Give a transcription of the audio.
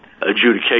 adjudication